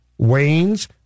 Waynes